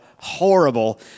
horrible